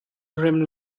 rem